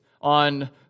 on